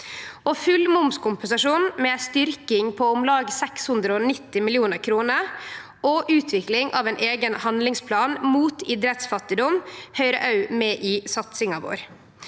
Full momskompensasjon med ei styrking på om lag 690 mill. kr og utvikling av ein eigen handlingsplan mot idrettsfattigdom høyrer òg med i satsinga vår.